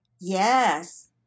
Yes